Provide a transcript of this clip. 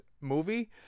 movie